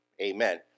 Amen